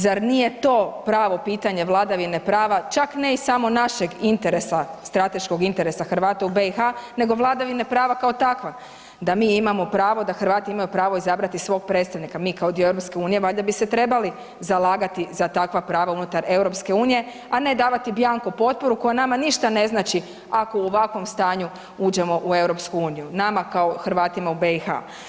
Zar nije to pravo pitanje vladavine prava, čak ne i samo našeg interesa, strateškog interesa Hrvata u BiH nego vladavine prava kao takva, da mi imamo pravo, da Hrvati imaju pravo izabrati svog predstavnika mi kao dio EU valjda bi se trebali zalagati za takva prava unutar EU, a ne davati bianco potporu koja nama ništa ne znači ako u ovakvom stanju uđemo u EU nama kao Hrvatima u BiH.